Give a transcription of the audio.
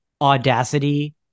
audacity